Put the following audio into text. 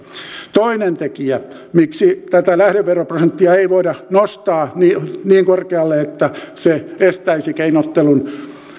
toinen tekijä miksi tätä lähdeveroprosenttia ei voida nostaa niin niin korkealle että se estäisi keinottelun